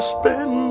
spend